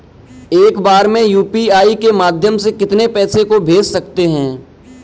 एक बार में यू.पी.आई के माध्यम से कितने पैसे को भेज सकते हैं?